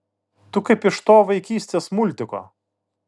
tu kaip iš to vaikystės multiko